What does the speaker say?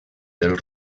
del